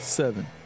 Seven